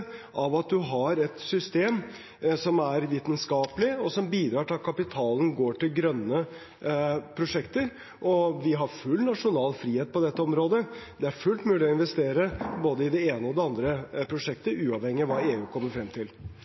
av at man har et system som er vitenskapelig, og som bidrar til at kapitalen går til grønne prosjekter. Vi har full nasjonal frihet på dette området. Det er fullt mulig å investere i både det ene og det andre prosjektet uavhengig av hva EU kommer frem til.